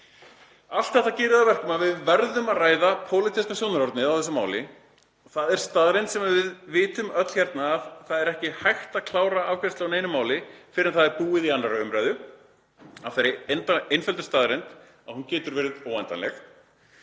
Allt þetta gerir það að verkum að við verðum að ræða pólitíska sjónarhornið í þessu máli. Það er staðreynd sem við vitum öll hérna að það er ekki hægt að klára afgreiðslu á neinu máli fyrr en það er búið í 2. umr. vegna þeirrar einföldu staðreyndar að hún getur verið óendanleg.